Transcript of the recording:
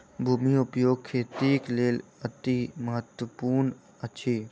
भूमि उपयोग खेतीक लेल अतिमहत्त्वपूर्ण अछि